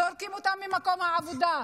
זורקים אותם ממקום העבודה.